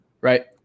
right